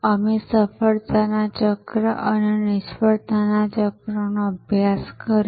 અમે સફળતાના ચક્ર અને નિષ્ફળતાના ચક્રનો અભ્યાસ કર્યો